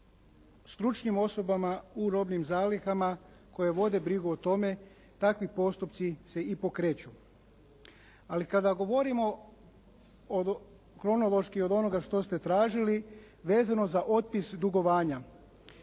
stručnim osobama u robnim zalihama koji vode brigu o tome, takvi postupci se i pokreću. Ali kada govorimo kronološki od onoga što ste tražili, vezano za otpis dugovanja,